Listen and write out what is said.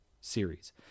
series